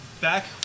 back